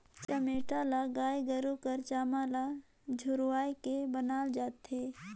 चमेटा ल गाय गरू कर चाम ल झुरवाए के बनाल जाथे